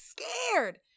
scared